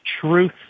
truth